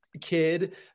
kid